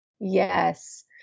Yes